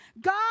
God